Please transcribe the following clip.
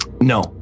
No